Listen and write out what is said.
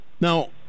Now